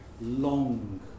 long